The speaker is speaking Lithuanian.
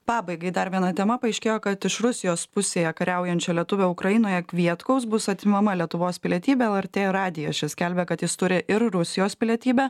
pabaigai dar viena tema paaiškėjo kad iš rusijos pusėje kariaujančio lietuvio ukrainoje kvietkaus bus atimama lietuvos pilietybė lrt radijas čia skelbia kad jis turi ir rusijos pilietybę